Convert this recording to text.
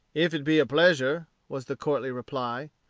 if it be a pleasure, was the courtly reply,